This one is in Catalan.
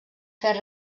fer